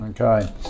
Okay